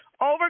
over